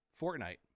Fortnite